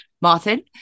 Martin